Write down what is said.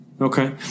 Okay